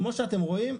כמו שאתם רואים,